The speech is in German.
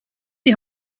die